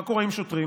מה קורה עם שוטרים?